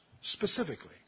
specifically